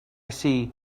see